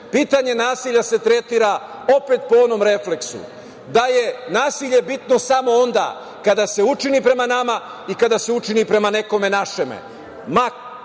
pitanje nasilja se tretira opet po onom refleksu, da je nasilje bitno samo onda kada se učini prema nama i kada se učini prema nekome našem,